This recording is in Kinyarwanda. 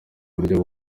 buryo